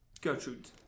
Gertrude